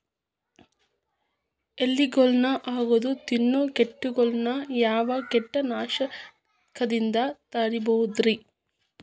ಎಲಿಗೊಳ್ನ ಅಗದು ತಿನ್ನೋ ಕೇಟಗೊಳ್ನ ಯಾವ ಕೇಟನಾಶಕದಿಂದ ತಡಿಬೋದ್ ರಿ?